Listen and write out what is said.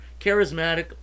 charismatic